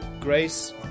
Grace